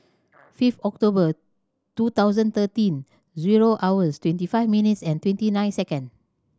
five October two thousand thirteen zero hours twenty five minutes and twenty nine second